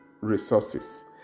resources